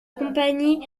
compagnie